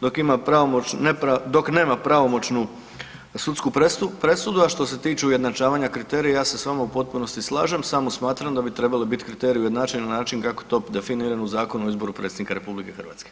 dok ima pravomoćnu, nepravomoćnu, dok nema pravomoćnu sudsku presudu, a što se tiče ujednačavanja kriterija ja se s vama u potpunosti slažem samo smatram da bi trebali biti kriteriji ujednačeni na način kako je to definirano u Zakonu o izboru predsjednika RH.